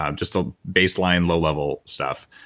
um just a baseline low level stuff,